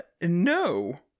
no